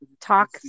talk